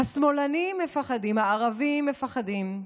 השמאלנים, מפחדים, הערבים, מפחדים,